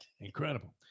Incredible